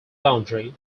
boundary